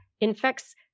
infects